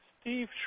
Steve